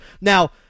Now